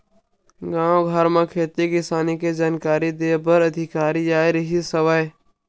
गाँव घर म खेती किसानी के जानकारी दे बर अधिकारी आए रिहिस हवय